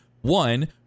one